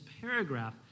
paragraph